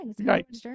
Right